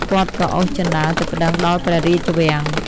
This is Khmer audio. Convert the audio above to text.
គាត់ក៏អូសជណ្ដើរទៅប្ដឹងដល់ព្រះរាជវាំង។